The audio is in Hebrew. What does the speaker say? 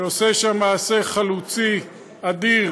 שעושה שם מעשה חלוצי אדיר,